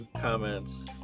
comments